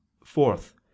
fourth